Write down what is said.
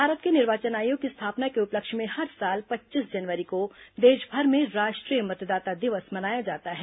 भारत के निर्वाचन आयोग की स्थापना के उपलक्ष्य में हर साल पच्चीस जनवरी को देशभर में राष्ट्रीय मतदाता दिवस मनाया जाता है